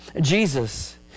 Jesus